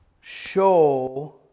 show